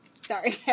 sorry